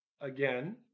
again